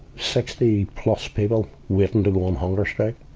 sixty plus people waiting to go on hunger strike.